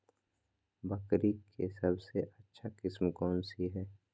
बकरी के सबसे अच्छा किस्म कौन सी है?